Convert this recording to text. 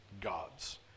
Gods